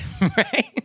Right